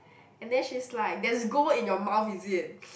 and then she's like there's gold in your mouth is it